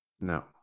no